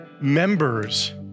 members